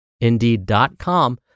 Indeed.com